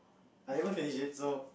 I haven't finish it so